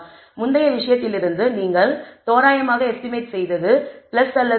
முந்தைய விஷயத்திலிருந்து நீங்கள் தோராயமாக எஸ்டிமேட் செய்தது அல்லது 2